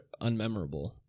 unmemorable